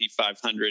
500